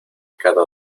cada